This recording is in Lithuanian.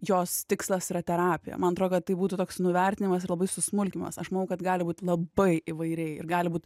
jos tikslas yra terapija man atrodo tai būtų toks nuvertinimas ir labai susmulkinimas aš manau kad gali būt labai įvairiai ir gali būt